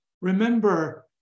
Remember